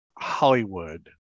Hollywood